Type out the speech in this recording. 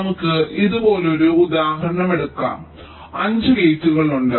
നമുക്ക് ഇതുപോലൊരു ഉദാഹരണം എടുക്കാം 5 ഗേറ്റുകളുണ്ട്